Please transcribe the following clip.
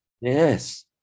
Yes